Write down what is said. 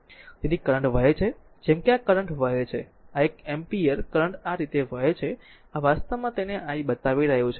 તેથી કરંટ વહે છે જેમ કે આ કરંટ વહે છે આ એક એમ્પીયર કરંટ આ રીતે વહે છે આ વાસ્તવમાં તેને આ i બતાવી રહ્યું છે